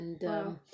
Wow